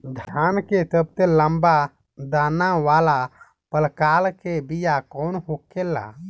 धान के सबसे लंबा दाना वाला प्रकार के बीया कौन होखेला?